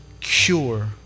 cure